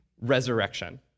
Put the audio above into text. resurrection